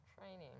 Training